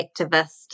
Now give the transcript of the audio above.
activist